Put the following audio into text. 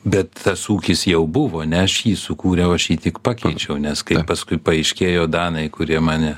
bet tas ūkis jau buvo ne aš jį sukūriau aš jį tik pakeičiau nes kaip paskui paaiškėjo danai kurie mane